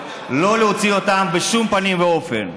לא להוציא אותם בשום פנים ואופן.